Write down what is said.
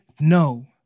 no